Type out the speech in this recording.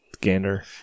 gander